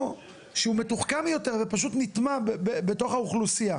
או שהוא מתוחכם יותר ופשוט נטמע בתוך האוכלוסייה.